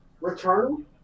return